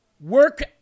work